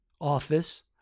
office